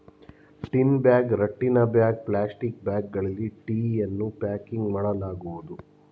tin bag, ರಟ್ಟಿನ bag, plastic ಬ್ಯಾಗ್ಗಳಲ್ಲಿ ಟೀಯನ್ನು ಪ್ಯಾಕಿಂಗ್ ಮಾಡಲಾಗುವುದು